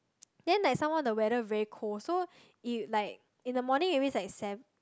then like some more the weather very cold so if like in the morning always like seven